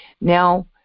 Now